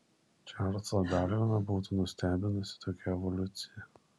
čarlzą darviną būtų nustebinusi tokia evoliucija